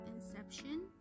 Inception